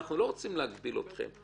אנחנו לא רוצים להגביל אתכם.